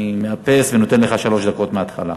אני מאפס ונותן לך שלוש דקות מהתחלה.